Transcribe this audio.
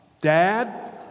dad